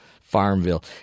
Farmville